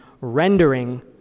rendering